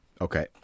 Okay